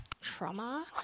trauma